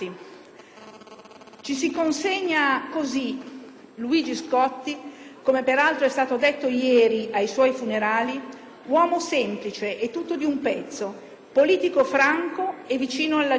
vita, anzi. Luigi Scotti, come peraltro è stato detto ieri ai suoi funerali, era uomo semplice e tutto d'un pezzo, politico franco e vicino alla gente,